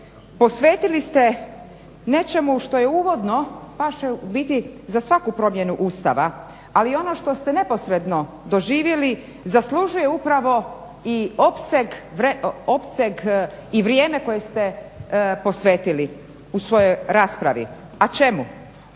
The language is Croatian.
posvetili ste nečemu što je uvodno, paše u biti za svaku promjenu Ustava, ali ono što ste neposredno doživili zaslužuje upravo i opseg i vrijeme koje ste posvetili u svojoj raspravi. A čemu?